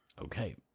Okay